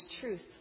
truth